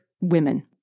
women